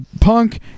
Punk